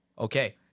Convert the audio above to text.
Okay